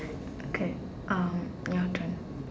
okay um your turn